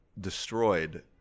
destroyed